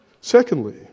Secondly